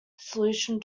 solution